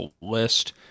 list